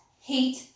heat